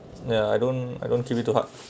ya I don't I don't keep it too hard